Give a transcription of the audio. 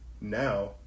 now